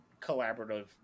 collaborative